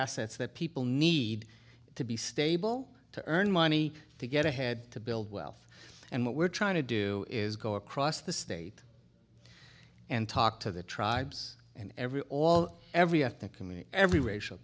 assets that people need to be stable to earn money to get ahead to build wealth and what we're trying to do is go across the state and talk to the tribes and every all every e